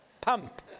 Pump